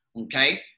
okay